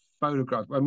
photographs